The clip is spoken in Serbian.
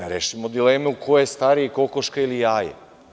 Da rešimo dilemu ko je stariji, kokoška ili jaje.